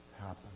happen